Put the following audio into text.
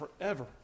forever